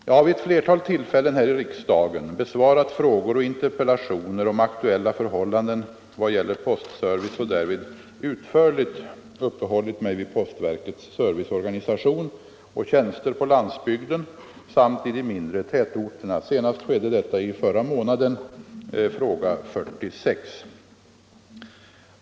Jag har vid ett flertal tillfällen här i riksdagen besvarat frågor och interpellationer om aktuella förhållanden vad gäller postservice och därvid utförligt uppehållit mig vid postverkets serviceorganisation och tjänster på landsbygden samt i de mindre tätorterna. Senast skedde detta i förra månaden .